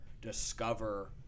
discover